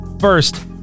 First